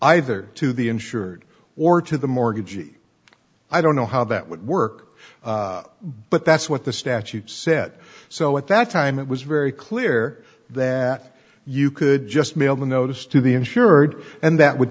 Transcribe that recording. either to the insured or to the mortgagee i don't know how that would work but that's what the statute said so at that time it was very clear that you could just mail the notice to the insured and that would